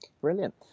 Brilliant